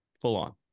Full-on